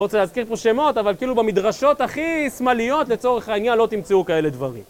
רוצה להזכיר פה שמות, אבל כאילו במדרשות הכי שמאליות לצורך העניין לא תמצאו כאלה דברים.